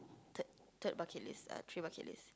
third third bucket list uh three bucket list